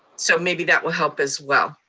so maybe that will help as well.